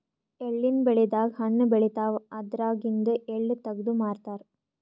ಎಳ್ಳಿನ್ ಬೆಳಿದಾಗ್ ಹಣ್ಣ್ ಬೆಳಿತಾವ್ ಅದ್ರಾಗಿಂದು ಎಳ್ಳ ತಗದು ಮಾರ್ತಾರ್